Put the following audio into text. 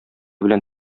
белән